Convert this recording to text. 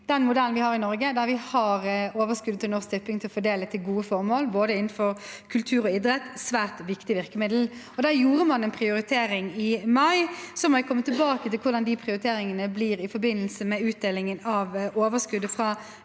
den modellen vi har i Norge – der vi har overskuddet til Norsk Tipping til å fordele til gode formål innenfor både kultur og idrett – et svært viktig virkemiddel. Man gjorde en prioritering i mai, og så må jeg komme tilbake til hvordan de prioriteringene blir i forbindelse med utdelingen av overskuddet fra Norsk